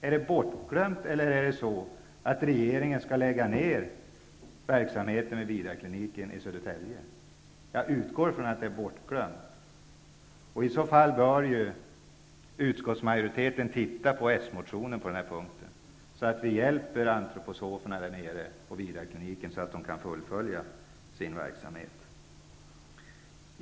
Har det blivit bortglömt eller avser regeringen att lägga ned verksamheten vid Vidarkliniken i Södertälje? Jag utgår ifrån att det är bortglömt. I så fall bör utskottsmajoriteten studera den socialdemokratiska motionen på denna punkt, så att vi kan hjälpa antroposoferna på Vidarkliniken att fullfölja sin verksamhet.